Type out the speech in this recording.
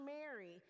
Mary